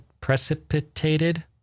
precipitated